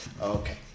Okay